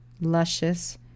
luscious